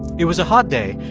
it was a hot day,